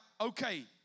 okay